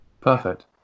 Perfect